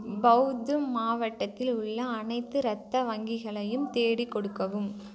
பவ்து மாவட்டத்தில் உள்ள அனைத்து இரத்த வங்கிகளையும் தேடிக்கொடுக்கவும்